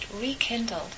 rekindled